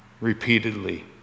repeatedly